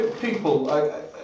people